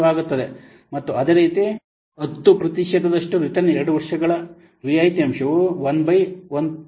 9091 ಆಗುತ್ತದೆ ಮತ್ತು ಅದೇ ರೀತಿ 10 ಪ್ರತಿಶತದಷ್ಟು ರಿಟರ್ನ್ 2 ವರ್ಷಗಳ ರಿಯಾಯಿತಿ ಅಂಶವು 1 ಬೈ 1